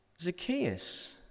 Zacchaeus